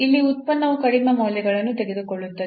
ಇಲ್ಲಿ ಉತ್ಪನ್ನವು ಕಡಿಮೆ ಮೌಲ್ಯಗಳನ್ನು ತೆಗೆದುಕೊಳ್ಳುತ್ತದೆ